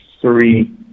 three